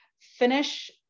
finish